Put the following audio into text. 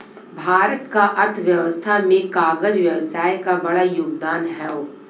भारत क अर्थव्यवस्था में कागज व्यवसाय क बड़ा योगदान हौ